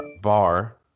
bar